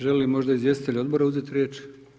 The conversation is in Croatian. Žele li možda izvjestitelji odbora uzeti riječ?